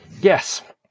yes